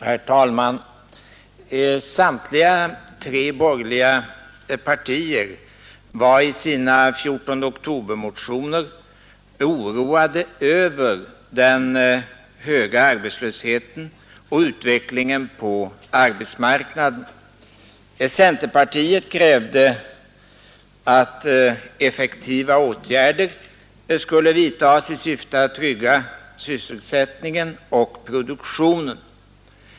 Herr talman! Samtliga tre borgerliga partier var i sina motioner av den 14 oktober oroade över den höga arbetslösheten och utvecklingen på arbetsmarknaden. Centerpartiet krävde att effektiva åtgärder skulle vidtas i syfte att trygga sysselsättningen och produktionen.